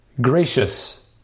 gracious